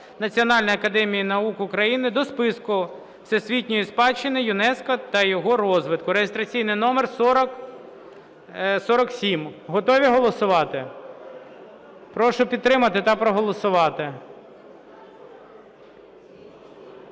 Національної академії наук України до Списку всесвітньої спадщини ЮНЕСКО та його розвитку (реєстраційний номер 4047). Готові голосувати? Прошу підтримати та проголосувати.